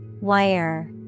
Wire